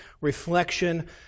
reflection